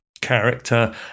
character